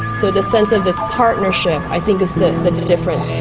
so the sense of this partnership i think is the the difference.